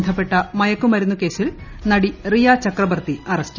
ബന്ധപ്പെട്ട മയക്കുമരുന്നു കേസിൽ നടി റിയ ചക്രബർത്തി അറസ്റ്റിൽ